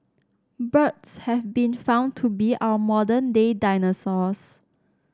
birds have been found to be our modern day dinosaurs